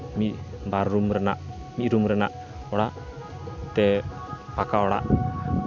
ᱢᱤᱫ ᱵᱟᱨ ᱨᱩᱢ ᱨᱮᱱᱟᱜ ᱢᱤᱫ ᱨᱩᱢ ᱨᱮᱱᱟᱜ ᱚᱲᱟᱜ ᱯᱮ ᱯᱟᱠᱟ ᱚᱲᱟᱜ